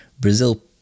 Brazil